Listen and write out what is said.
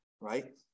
right